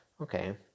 Okay